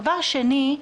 דבר שני,